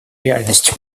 реальностью